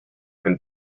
and